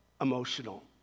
Emotional